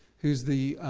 who's the